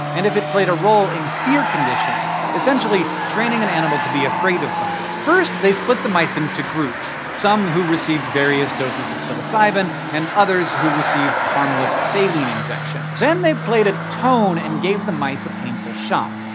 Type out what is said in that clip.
and if it played a role in fear conditioning, essentially, training an animal to be afraid of something. first, they split the mice into groups some who received various doses of psilocybin, and others who received harmless saline injections. then they played a tone and gave the mice a painful shock.